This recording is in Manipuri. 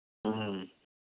ꯎꯝ